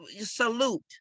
salute